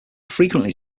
frequently